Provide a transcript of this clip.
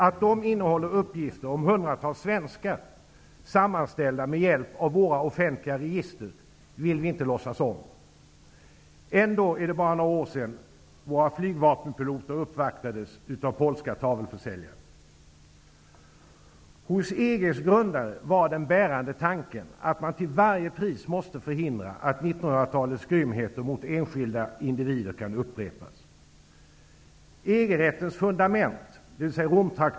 Att de innehåller uppgifter om hundratals svenskar, sammanställda med hjälp av våra offentliga register, vill vi inte låtsas om. Ändå är det bara några år sedan våra flygvapenpiloter uppvaktades av polska tavelförsäljare. Hos EG:s grundare var den bärande tanken att man till varje pris måste förhindra att 1900-talets grymheter mot enskilda individer kan upprepas.